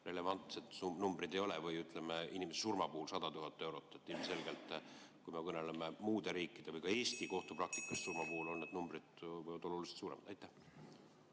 relevantne number ei ole või, ütleme, inimese surma puhul 100 000 eurot. Ilmselgelt, kui me kõneleme muude riikide või ka Eesti kohtupraktikast, surma puhul on need numbrid oluliselt suuremad. Aitäh!